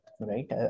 right